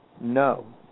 No